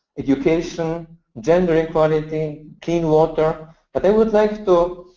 education, gender equality clean water but i would like to